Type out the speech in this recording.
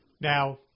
Now